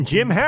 Jim